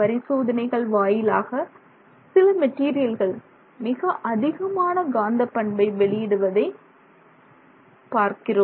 பரிசோதனைகள் வாயிலாக சில மெட்டீரியல்கள் மிக அதிகமான காந்த பண்பை வெளியிடுவதை வருகிறோம்